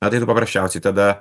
na tai tu paprasčiausiai tada